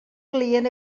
client